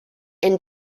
and